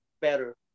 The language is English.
better